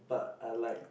but I like